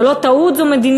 זה לא טעות, זו מדיניות.